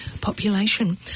population